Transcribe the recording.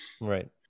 right